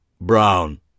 brown